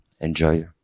Enjoy